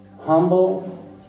humble